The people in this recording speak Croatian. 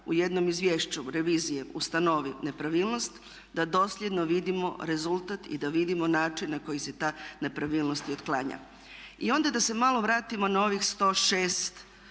u jednom izvješću revizije ustanovi nepravilnost da dosljedno vidimo rezultat i da vidimo način na koji se ta nepravilnost i otklanja. I onda da se malo vratimo na ovih 106